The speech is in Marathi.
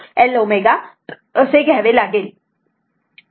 तर इथे आपल्याला हे jXL XLL ω असे घ्यावे लागेल